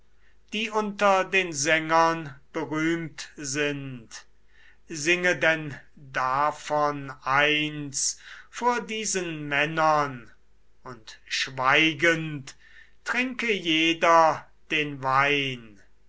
die unter den sängern berühmt sind singe denn davon eins vor diesen männern und schweigend trinke jeder den wein